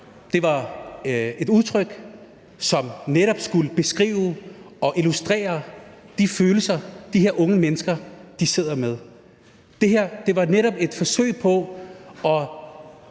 Det var et udtryk, som netop skulle beskrive og illustrere de følelser, som de her unge mennesker sidder med. Det var netop et forsøg på at